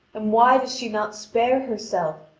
and why does she not spare herself?